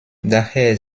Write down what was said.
daher